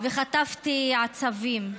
וחטפתי עצבים: